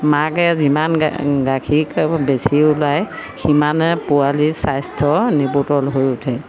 মাকে যিমান গাখীৰ খুৱাব বেছি ওলাই সিমানে পোৱালি স্বাস্থ্য নিপোটল হৈ উঠে